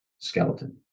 skeleton